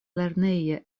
lerneja